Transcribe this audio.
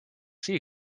sea